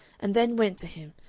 and then went to him,